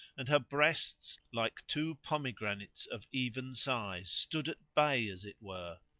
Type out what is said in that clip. and her breasts, like two pomegranates of even size, stood at bay as it were,